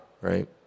right